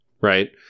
right